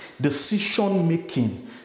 decision-making